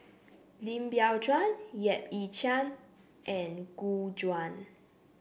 Lim Biow Chuan Yap Ee Chian and Gu Juan